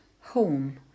Home